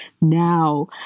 now